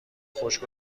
خشک